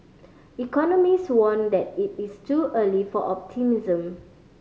economists warned that it is too early for optimism